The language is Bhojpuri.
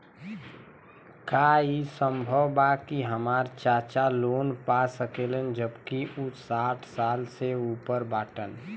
का ई संभव बा कि हमार चाचा लोन पा सकेला जबकि उ साठ साल से ऊपर बाटन?